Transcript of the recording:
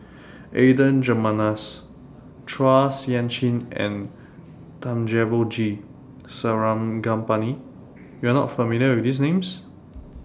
Adan Jimenez Chua Sian Chin and Thamizhavel G Sarangapani YOU Are not familiar with These Names